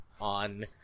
on